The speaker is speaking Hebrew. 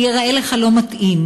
הוא ייראה לך לא מתאים.